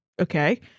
okay